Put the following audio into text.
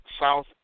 South